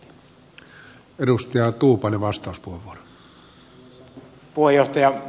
arvoisa puheenjohtaja